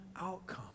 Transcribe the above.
outcome